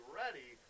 ready